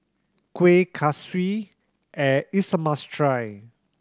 Kuih Kaswi is a must try